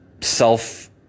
self